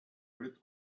rid